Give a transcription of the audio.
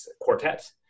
Quartet